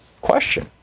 question